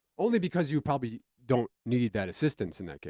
only because you probably don't need that assistance in that case.